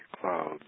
clouds